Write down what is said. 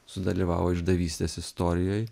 sudalyvavo išdavystės istorijoj